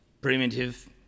primitive